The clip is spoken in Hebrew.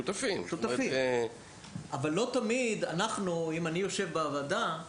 אבל אם אני יושב בוועדה,